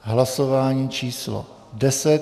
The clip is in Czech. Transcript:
Hlasování číslo 10.